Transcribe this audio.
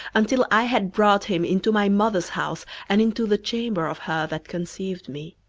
until i had brought him into my mother's house, and into the chamber of her that conceived me.